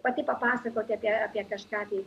pati papasakoti apie apie kažką apie